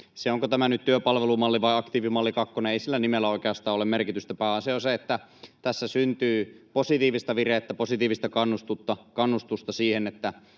onko tämä nyt työpalvelumalli vai aktiivimalli kakkonen, ei oikeastaan ole merkitystä. Pääasia on, että tässä syntyy positiivista virettä, positiivista kannustusta siihen,